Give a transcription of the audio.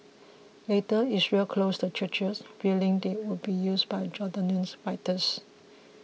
later Israel closed the churches fearing they would be used by Jordanian fighters